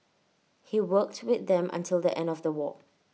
he worked with them until the end of the war